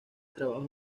trabajos